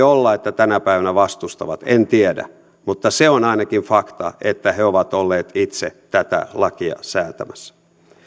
olla että tänä päivänä vastustavat en tiedä mutta se on ainakin fakta että he ovat olleet itse tätä lakia säätämässä